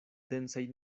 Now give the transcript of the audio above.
densaj